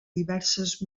diverses